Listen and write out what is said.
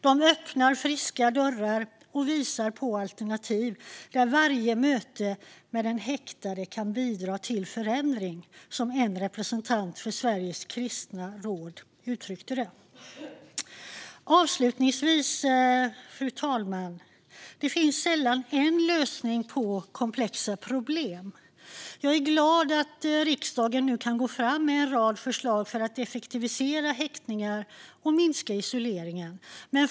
De öppnar friska dörrar och visar på alternativ där varje möte med den häktade kan bidra till förändring, som en representant för Sveriges kristna råd uttryckte det. Fru talman! Det finns sällan en lösning på komplexa problem. Jag är glad att riksdagen nu kan gå fram med en rad förslag för att effektivisera häktningar och minska isoleringen.